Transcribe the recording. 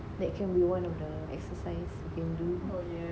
like can be one of the execise we can do